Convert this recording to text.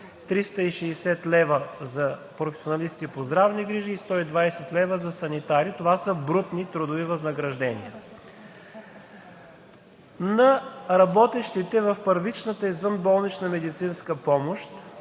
360 лв. за професионалисти по здравни грижи и 120 лв. за санитари и това са брутни трудови възнаграждения. На работещите в първичната извънболнична медицинска помощ